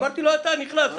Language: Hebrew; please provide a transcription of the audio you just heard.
אמרתי לו אתה נכנסת.